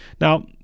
Now